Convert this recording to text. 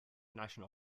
national